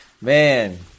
Man